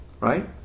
right